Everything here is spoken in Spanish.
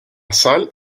sal